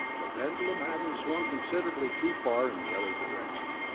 the pendulum having swung considerably too far in the other direction.